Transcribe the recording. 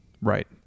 Right